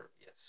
Yes